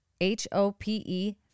H-O-P-E